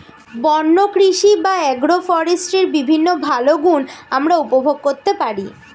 বন্য কৃষি বা অ্যাগ্রো ফরেস্ট্রির বিভিন্ন ভালো গুণ আমরা উপভোগ করতে পারি